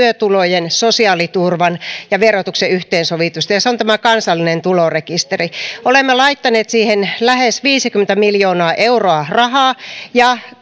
työtulojen sosiaaliturvan ja verotuksen yhteensovitusta ja se on tämä kansallinen tulorekisteri olemme laittaneet siihen lähes viisikymmentä miljoonaa euroa rahaa ja